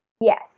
Yes